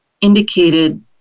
indicated